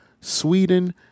Sweden